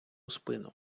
спину